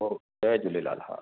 okay जय झूलेलाल हा